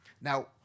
Now